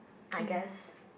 I guess